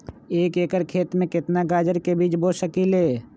एक एकर खेत में केतना गाजर के बीज बो सकीं ले?